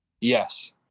Yes